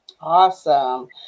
awesome